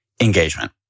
engagement